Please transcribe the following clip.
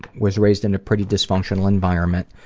was raised in a pretty dysfunctional environment,